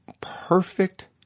perfect